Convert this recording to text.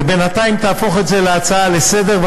ובינתיים תהפוך את זה להצעה לסדר-היום,